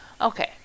Okay